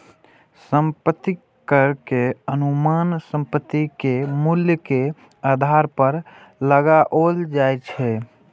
संपत्ति कर के अनुमान संपत्ति के मूल्य के आधार पर लगाओल जाइ छै